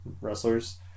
wrestlers